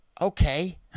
okay